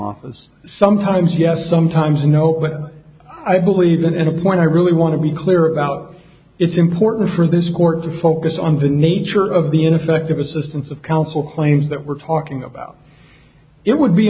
office sometimes yes sometimes no but i believe in a point i really want to be clear about it's important for this court to focus on the nature of the ineffective assistance of counsel claim that we're talking about it would be